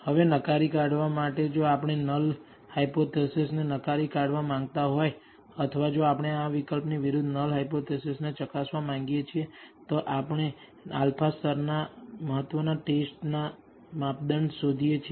હવે નકારી કાઢવા માટે જો આપણે નલ હાયપોથેસિસને નકારી કાઢવા માંગતા હો અથવા જો આપણે આ વિકલ્પની વિરુદ્ધ નલ હાયપોથેસિસને ચકાસવા માંગીએ છીએ તો આપણે α સ્તરના મહત્વના ટેસ્ટના માપદંડ શોધીએ છીએ